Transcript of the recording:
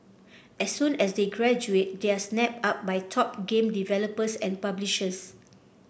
as soon as they graduate they are snapped up by top game developers and publishers